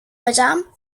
madam